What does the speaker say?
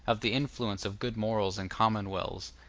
of the influence of good morals in commonwealths,